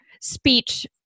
speech